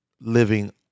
living